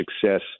success